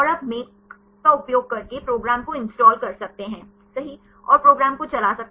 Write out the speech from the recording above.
और आप मेक का उपयोग करके प्रोग्राम को इंस्टॉल कर सकते हैं सही और प्रोग्राम को चला सकते हैं